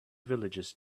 villagers